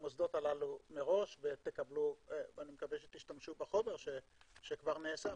הללו מראש, ואני מקווה שתשתמשו בחומר שכבר נאסף.